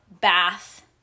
bath